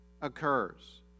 occurs